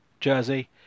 jersey